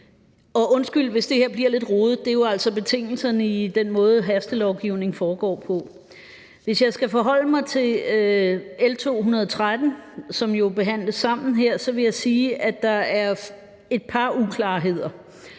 Undskyld, hvis det her bliver lidt rodet, men det er jo altså betingelserne med den måde, som hastelovgivning foregår på. Hvis jeg skal forholde mig til L 213, som jo her sambehandles med L 212, vil jeg sige, at der er et par uklarheder.